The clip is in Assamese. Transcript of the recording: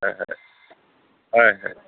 হয় হয় হয় হয়